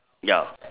ya